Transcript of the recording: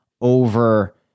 over